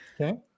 Okay